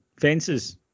fences